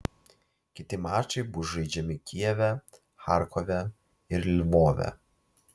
kiti mačai bus žaidžiami kijeve charkove ir lvove